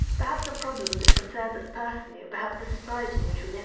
perhaps a problem that concerns us personally, or perhaps the society in which we